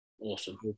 Awesome